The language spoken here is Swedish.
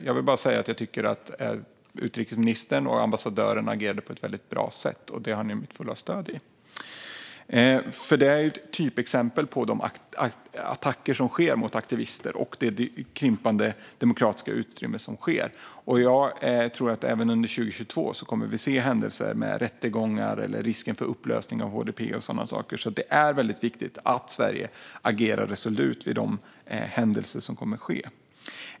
Jag vill bara säga att jag tycker att utrikesministern och ambassadören reagerade på ett väldigt bra sätt. Ni har mitt fulla stöd i detta. Det här är ett typexempel på de attacker som sker mot aktivister och på det krympande demokratiska utrymmet. Jag tror att vi även under 2022 kommer att se händelser med rättegångar, risk för upplösning av HDP och sådana saker. Det är därför väldigt viktigt att Sverige agerar resolut vid de händelser som kommer att ske.